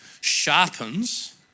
sharpens